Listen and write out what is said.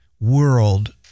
world